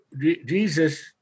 Jesus